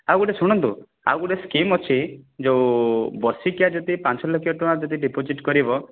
ଆଉ ଗୋଟେ ଶୁଣନ୍ତୁ ଆଉ ଗୋଟେ ସ୍କିମ୍ ଅଛି ଯେଉଁ ବର୍ଷିକା ଯଦି ପାଞ୍ଚ ଲକ୍ଷ ଟଙ୍କା ଯଦି ଡିପୋଜିଟ୍ କରିବ